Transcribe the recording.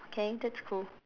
okay that's cool